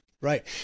right